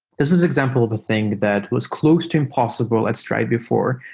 this is example the thing that what's close to impossible at stripe before,